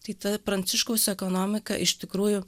tai ta pranciškaus ekonomika iš tikrųjų